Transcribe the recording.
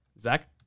Zach